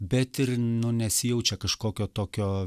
bet ir nu nesijaučia kažkokio tokio